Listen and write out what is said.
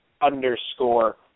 underscore